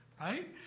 right